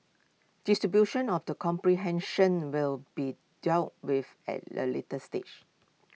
distribution of the comprehension will be dealt with at A later stage